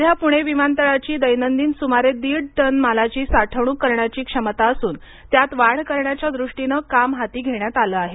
सध्या पुणे विमानतळाची दैनंदिन सुमारे दीड टन मालाची साठवणूक करण्याची क्षमता असून त्यात वाढ करण्याच्या दृष्टीनं काम हाती घेण्यात आलं आहे